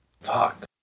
Fuck